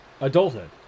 adulthood